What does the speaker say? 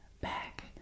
back